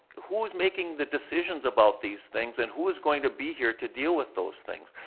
who's making the decisions about these things, and who's going to be here to deal with those things?